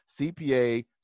cpa